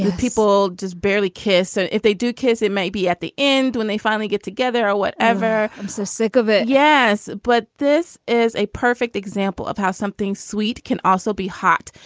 people just barely kiss. and if they do kiss it, maybe at the end when they finally get together or whatever. i'm so sick of it. yes. but this is a perfect example of how something sweet can also be hot,